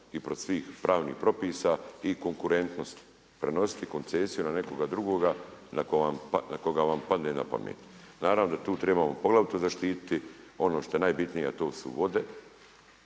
i protiv svih pravnih propisa i konkurentnost. Prenositi koncesiju na nekoga drugoga na koga vam padne na pamet. Naravno da tu trebamo poglavito zaštititi ono što je najbitnije, a to su vode,